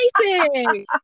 amazing